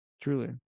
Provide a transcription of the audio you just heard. Truly